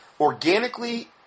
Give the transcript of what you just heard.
Organically